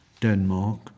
Denmark